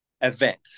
event